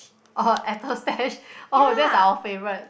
orh apple stash orh that's our favourite